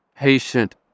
Patient